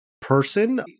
person